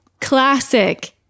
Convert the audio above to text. classic